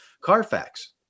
Carfax